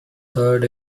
heard